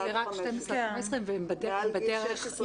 מ-12 עד 15, מעל גיל 16 יש הרבה יותר.